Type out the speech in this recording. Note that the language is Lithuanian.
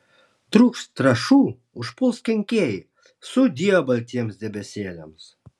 trūks trąšų užpuls kenkėjai sudie baltiems debesėliams